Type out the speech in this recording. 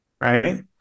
right